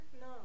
No